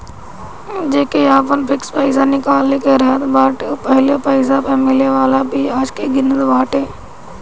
जेके आपन फिक्स पईसा निकाले के रहत बाटे उ पहिले पईसा पअ मिले वाला बियाज के गिनत बाटे